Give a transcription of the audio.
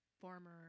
former